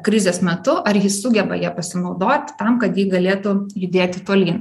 krizės metu ar jis sugeba ja pasinaudoti tam kad ji galėtų judėti tolyn